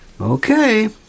Okay